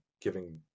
giving